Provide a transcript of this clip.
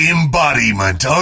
Embodiment